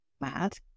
mad